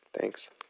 Thanks